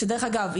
דרך אגב,